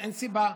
אין סיבה.